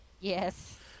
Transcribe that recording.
Yes